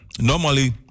normally